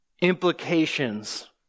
implications